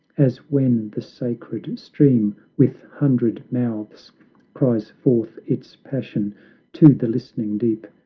as when the sacred stream with hundred mouths cries forth its passion to the listening deep,